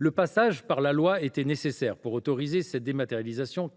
de passer par la loi pour autoriser cette dématérialisation :